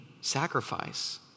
sacrifice